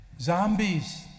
Zombies